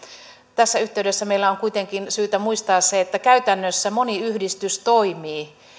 tässä yhteydessä meillä on kuitenkin syytä muistaa se että käytännössä moni yhdistys toimii